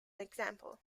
example